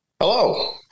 Hello